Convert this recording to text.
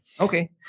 Okay